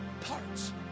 parts